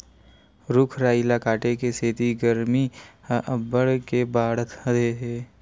रूख राई ल काटे के सेती गरमी ह अब्बड़ के बाड़हत हे